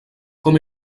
com